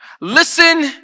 Listen